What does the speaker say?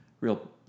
real